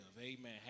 Amen